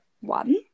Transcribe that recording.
one